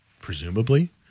presumably